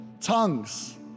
Tongues